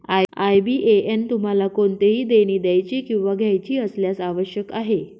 IBAN तुम्हाला कोणतेही देणी द्यायची किंवा घ्यायची असल्यास आवश्यक आहे